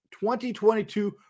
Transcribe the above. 2022